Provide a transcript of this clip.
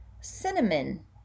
cinnamon